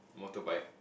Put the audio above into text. motorbike